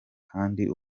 kandi